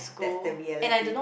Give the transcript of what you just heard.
that's the reality